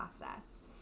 process